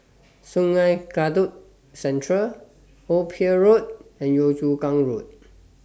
Sungei Kadut Central Old Pier Road and Yio Chu Kang Road